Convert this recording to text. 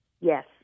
Yes